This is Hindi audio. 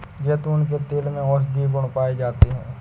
जैतून के तेल में औषधीय गुण पाए जाते हैं